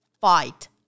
fight